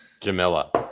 Jamila